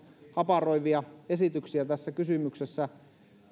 haparoivia esityksiä tässä kysymyksessä valtion